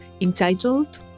entitled